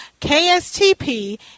KSTP